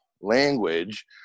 language